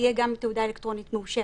תהיה גם תעודה אלקטרונית מאושרת.